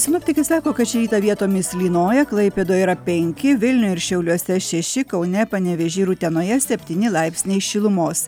sinoptikai sako kad šį rytą vietomis lynoja klaipėdoje yra penki vilniuje ir šiauliuose šeši kaune panevėžy ir utenoje septyni laipsniai šilumos